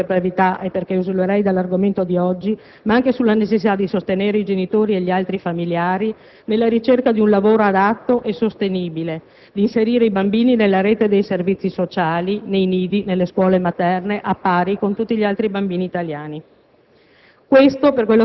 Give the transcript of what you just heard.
non mi addentro ulteriormente nella materia perché esulerei dall'argomento di oggi, ma sarebbe anche necessario sostenere i genitori e gli altri familiari nella ricerca di un lavoro adatto e sostenibile, inserire i bambini nella rete dei servizi sociali, nei nidi, nelle scuole materne al pari con gli altri bambini italiani.